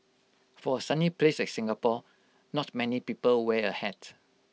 for A sunny place like Singapore not many people wear A hat